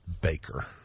baker